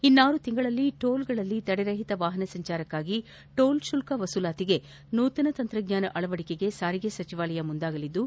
ಇನ್ನಾರು ತಿಂಗಳಲ್ಲಿ ಟೋಲ್ಗಳಲ್ಲಿ ತಡೆರಹಿತ ವಾಹನ ಸಂಚಾರಕ್ಕಾಗಿ ಟೋಲ್ ಶುಲ್ಲ ವಸೂಲಾತಿಗೆ ನೂತನ ತಂತ್ರಜ್ಞಾನ ಅಳವಡಿಕೆಗೆ ಸಾರಿಗೆ ಸಚಿವಾಲಯ ಮುಂದಾಗಲಿದ್ದು